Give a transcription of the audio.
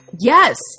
Yes